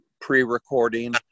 pre-recording